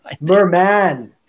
merman